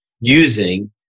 using